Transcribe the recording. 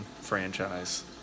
franchise